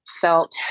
felt